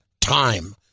time